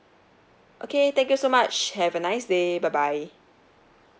okay thank you so much have a nice day bye bye